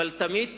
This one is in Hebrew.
אבל תמיד תמיד,